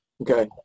Okay